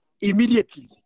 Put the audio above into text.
immediately